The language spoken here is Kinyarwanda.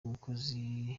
umukozi